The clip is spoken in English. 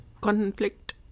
conflict